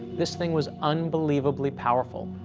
this thing was unbelievably powerful.